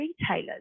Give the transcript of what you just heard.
retailers